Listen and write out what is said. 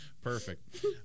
Perfect